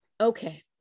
Okay